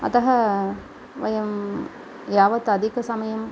अतः वयं यावत् अधिकसमयम्